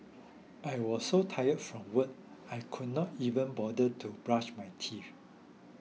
I was so tire from work I could not even bother to brush my teeth